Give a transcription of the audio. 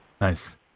Nice